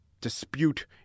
dispute